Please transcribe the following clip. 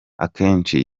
akenshi